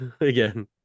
again